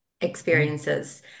experiences